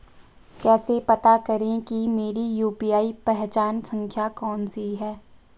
कैसे पता करें कि मेरी यू.पी.आई पहचान संख्या कौनसी है?